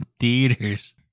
theaters